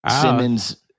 Simmons